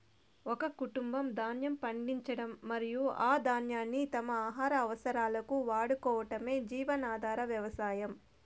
ఒక కుటుంబం ధాన్యం పండించడం మరియు ఆ ధాన్యాన్ని తమ ఆహార అవసరాలకు వాడుకోవటమే జీవనాధార వ్యవసాయం